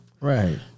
Right